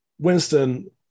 Winston